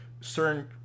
certain